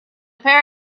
pair